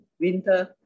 winter